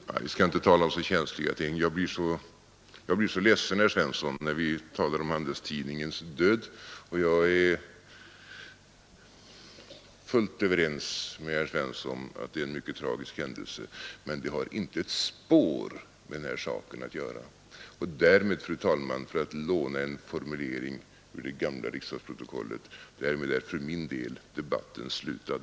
Fru talman! Vi skall inte tala om så känsliga ting. Jag blir så ledsen, herr Svensson, när vi talar om Handelstidningens död, och jag är fullt ense med herr Svensson om att det är en mycket tragisk händelse. Men det har inte ett spår med den här saken att göra! Och därför, fru talman, för att låna en formulering ur det gamla riksdagsprotokollet, är för min del debatten avslutad.